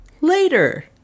Later